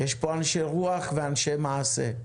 יש פה אנשי רוח ואנשי מעשה,